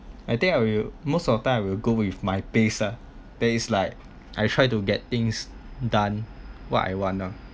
I think I will most of time I will go with my pace then's like I try to get things done what I want loh